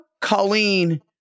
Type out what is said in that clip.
Colleen